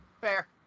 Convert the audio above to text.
Fair